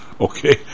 okay